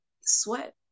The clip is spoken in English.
sweat